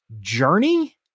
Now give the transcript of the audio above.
journey